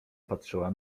patrzyła